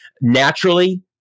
naturally